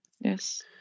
Yes